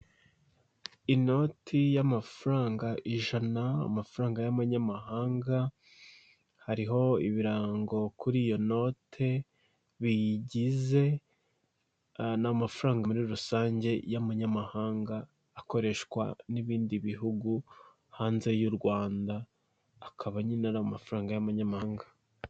Inoti y'amafaranga ijana amafaranga y'amanyamahanga hariho ibirango kuri iyo note biyigize ni amafaranga muri rusange y'amanyamahanga akoreshwa n'ibindi bihugu hanze y'u Rwanda akaba nyine ari amafaranga y'amanyamahanga.